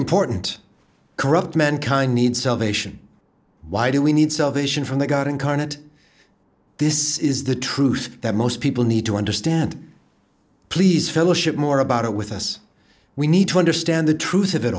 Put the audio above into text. important corrupt mankind need salvation why do we need salvation from the god incarnate this is the truth that most people need to understand please fellowship more about it with us we need to understand the truth of it a